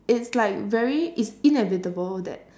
it's like very it's inevitable that